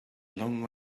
long